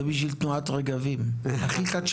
זה בשביל תנועת רגבים הבדואים.